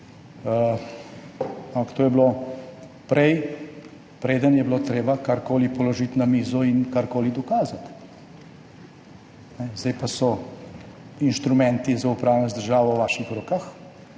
to je bilo prej, preden je bilo treba karkoli položiti na mizo in karkoli dokazati. Zdaj pa so inštrumenti za upravljanje z državo v vaših rokah